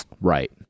Right